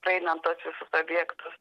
praeinam tuos visus objektus